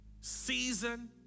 season